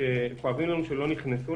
לנו שלא נכנסו,